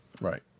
Right